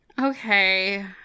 Okay